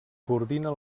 coordina